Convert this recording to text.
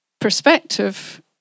perspective